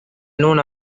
known